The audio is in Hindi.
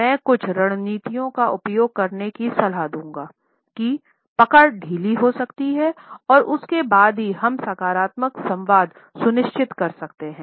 मैं कुछ रणनीतियों का उपयोग करने की सलाह दूँगा कि पकड़ ढीली हो सकती है और उसके बाद ही हम सकारात्मक संवाद सुनिश्चित कर सकते है